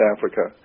Africa